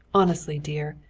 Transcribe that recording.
honestly, dear,